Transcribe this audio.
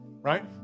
right